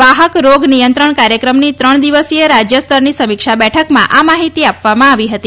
વાહક રોગ નિયંત્રણ કાર્યક્રમની ત્રણ દિવસીય રાજ્ય સ્તરની સમીક્ષા બેઠકમાં આ માહિતી આપવામાં આવી હતી